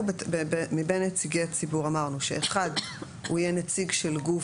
מבין נציגי הציבור אמרנו שאחד הוא יהיה נציג של גוף